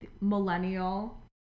millennial